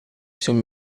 всем